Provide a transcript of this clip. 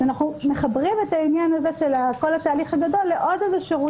אז אנחנו מחברים את העניין הזה של כל התהליך הגדול לעוד איזה שירות